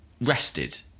rested